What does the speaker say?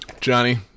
Johnny